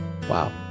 Wow